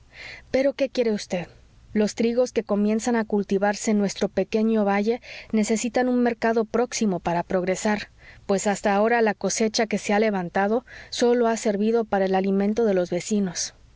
pero qué quiere vd los trigos que comienzan a cultivarse en nuestro pequeño valle necesitan un mercado próximo para progresar pues hasta ahora la cosecha que se ha levantado sólo ha servido para el alimento de los vecinos